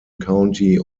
county